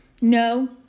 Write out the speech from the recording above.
No